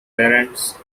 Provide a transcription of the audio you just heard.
parents